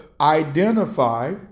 identify